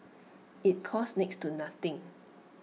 IT costs next to nothing